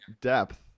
depth